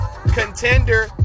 contender